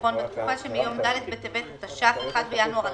ביטחון בתקופה שמיום ד' בטבת התש"ף (1 בינואר 2022)